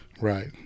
Right